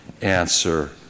answer